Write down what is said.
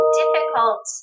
difficult